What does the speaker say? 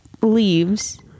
leaves